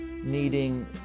needing